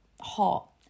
hot